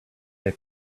they